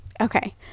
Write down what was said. Okay